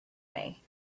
way